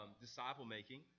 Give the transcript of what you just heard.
disciple-making